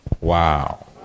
Wow